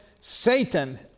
Satan